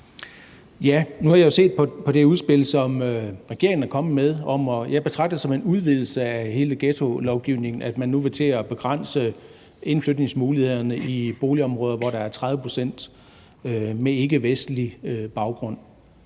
Nu har jeg set på det udspil, som regeringen er kommet med, og jeg betragter det som en udvidelse af hele ghettolovgivningen, at man nu vil til at begrænse indflytningsmulighederne i boligområder, hvor der er 30 pct. med ikkevestlig baggrund.